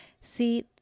See